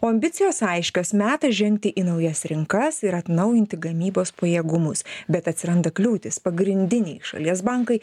o ambicijos aiškios metas žengti į naujas rinkas ir atnaujinti gamybos pajėgumus bet atsiranda kliūtys pagrindiniai šalies bankai